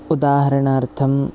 उदाहरणार्थं